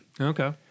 Okay